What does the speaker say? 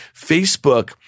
Facebook